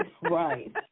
Right